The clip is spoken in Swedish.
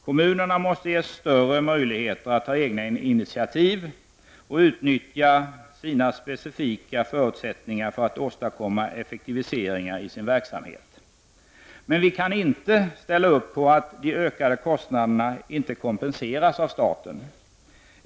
Kommunerna måste ges större möjligheter att ta egna initiativ och utnyttja sina egna specifika förutsättningar för att åstadkomma effektiviseringar i sin verksamhet. Men vi kan inte ställa upp på att de ökade kostnaderna inte kompenseras av staten.